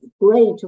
great